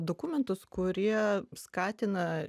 dokumentus kurie skatina